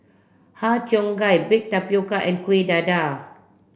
Har Cheong Gai baked tapioca and Kueh Dadar